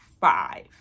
five